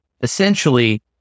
Essentially